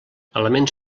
elements